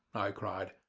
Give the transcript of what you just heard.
i cried.